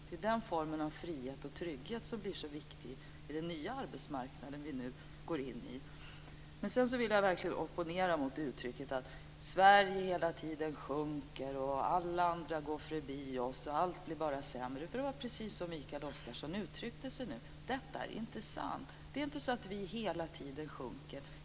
Det är den formen av frihet och trygghet som blir så viktig i den nya arbetsmarknad vi nu går in i. Sedan vill jag verkligen opponera mot uttrycket att Sverige hela tiden sjunker, alla andra går förbi oss och allt blir bara sämre. Det var precis så Mikael Oscarsson uttryckte sig. Detta är inte sant. Det är inte så att vi hela tiden sjunker.